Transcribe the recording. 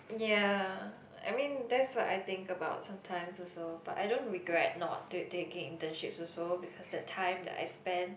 ya I mean that's what I think about sometimes also but I don't regret not do taking internships also because the time I that spend